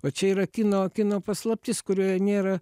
o čia yra kino kino paslaptis kurioje nėra